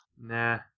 Nah